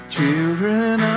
Children